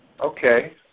Okay